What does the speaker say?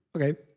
Okay